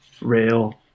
rail